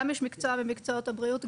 גם איש מקצוע ממקצועות הבריאות,